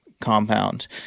compound